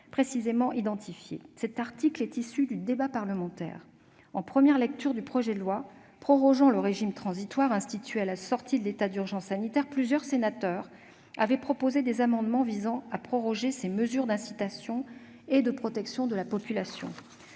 précisément identifiées. Cet article tire les conséquences du débat parlementaire qui s'est ouvert lors de la première lecture du projet de loi prorogeant le régime transitoire institué à la sortie de l'état d'urgence sanitaire. Plusieurs sénateurs avaient alors déposé des amendements visant à proroger les mesures d'incitation et de protection de la population.